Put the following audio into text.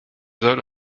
sollten